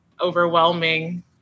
overwhelming